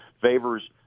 favors